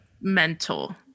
Mental